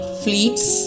fleets